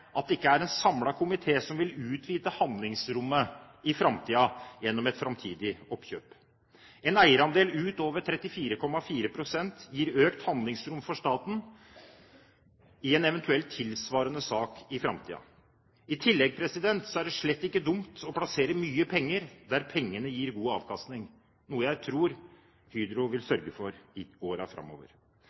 at det ikke er en samlet komité som vil utvide handlingsrommet i framtiden gjennom et framtidig oppkjøp. En eierandel utover 34,4 pst. gir økt handlingsrom for staten i en eventuell tilsvarende sak i framtiden. I tillegg er det slett ikke dumt å plassere mye penger der pengene gir god avkastning, noe jeg tror Hydro vil sørge for i årene framover.